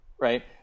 right